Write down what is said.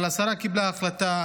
אבל השרה קיבלה החלטה,